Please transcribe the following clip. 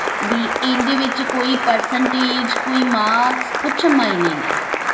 ਵੀ ਇਹਦੇ ਵਿੱਚ ਕੋਈ ਪਰਸੈਂਟੇਜ ਕੋਈ ਮਾਰਕਸ ਕੁਛ ਮਾਇਨੇ ਨਹੀਂ ਰੱਖਦੇ